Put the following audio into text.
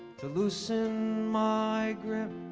to loosen my grip